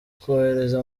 kohereza